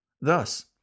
Thus